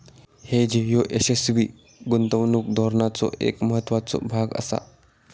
hedge ह्यो यशस्वी गुंतवणूक धोरणाचो एक महत्त्वाचो भाग आसा